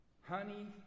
honey